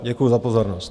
Děkuji za pozornost.